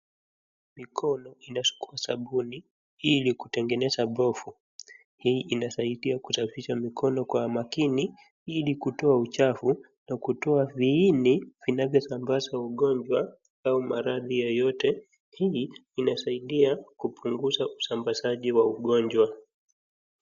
Mikono inasugua sabuni ilikutengeneza pofu. Hii inasaidia kusafisha mikono kwa makini ili kutoa uchafu na kutoa viini vinavyo sambaza ugonjwa au maradhi yoyote. Hii inasaidia kupunguza usambazaji wa ugonjwa.